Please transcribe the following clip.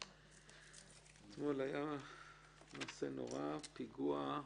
אתמול היה מעשה נורא פיגוע.